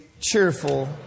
cheerful